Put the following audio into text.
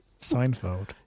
seinfeld